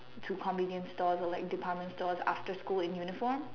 to convenient stores or like department stores after school in uniform